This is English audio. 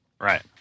Right